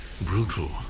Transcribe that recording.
brutal